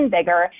bigger